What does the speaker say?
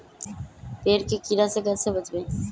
पेड़ के कीड़ा से कैसे बचबई?